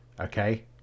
Okay